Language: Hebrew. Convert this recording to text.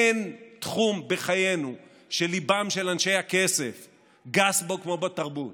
אין תחום בחיינו שליבם של אנשי הכסף גס בו כמו בתרבות.